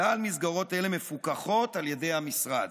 כלל מסגרות אלה מפוקחות על ידי המשרד".